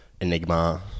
Enigma